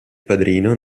padrino